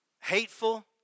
hateful